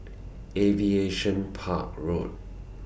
Aviation Park Road